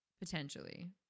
Potentially